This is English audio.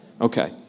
Okay